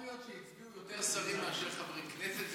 יכול להיות שהצביעו יותר שרים מאשר חברי כנסת?